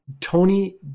Tony